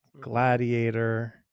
Gladiator